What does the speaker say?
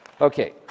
Okay